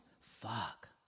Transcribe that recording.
Fuck